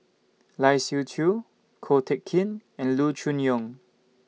Lai Siu Chiu Ko Teck Kin and Loo Choon Yong